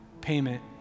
payment